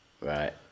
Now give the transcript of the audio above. Right